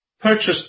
purchased